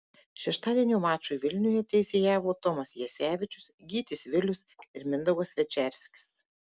šeštadienio mačui vilniuje teisėjavo tomas jasevičius gytis vilius ir mindaugas večerskis